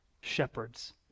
Shepherds